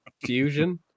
fusion